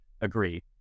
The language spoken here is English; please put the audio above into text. agree